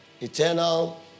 eternal